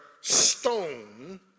stone